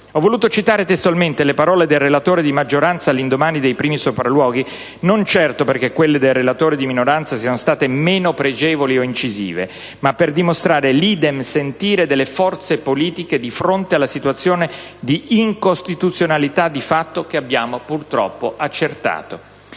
Ho voluto citare testualmente le parole del relatore di maggioranza, all'indomani dei primi sopralluoghi, non certo perché quelle del relatore di minoranza siano state meno pregevoli o incisive, ma per dimostrare l'*idem* sentire delle forze politiche di fronte alla situazione di incostituzionalità di fatto che abbiamo purtroppo accertato.